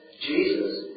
Jesus